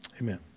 Amen